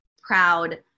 proud